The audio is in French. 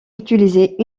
utilisé